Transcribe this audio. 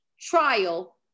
trial